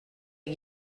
les